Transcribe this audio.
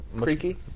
Creaky